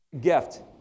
gift